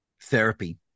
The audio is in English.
therapy